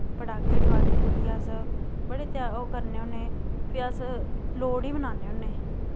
पटाके ठोआली ठूलियै अस बड़े ओह् करने होन्ने फ्ही अस लोह्ड़ी बनान्ने होन्ने